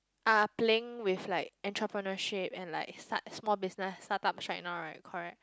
are playing with like entrepreneurship and like start small business startup channel right correct